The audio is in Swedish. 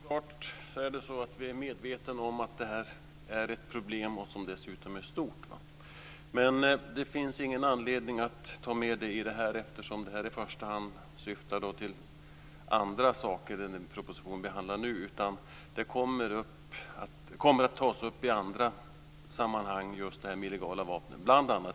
Herr talman! Hel klart är vi medvetna om att det här är ett problem, som dessutom är stort. Men det finns ingen anledning att ta med det i det här eftersom det i första hand syftar till andra saker än den proposition som vi nu behandlar. Den illegala vapenhandeln kommer att tas upp i andra sammanhang, bl.a.